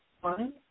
One